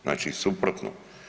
Znači suprotno.